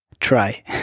Try